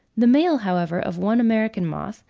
the male, however, of one american moth,